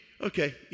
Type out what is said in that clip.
Okay